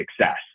success